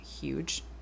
huge